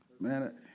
Man